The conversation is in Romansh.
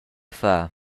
far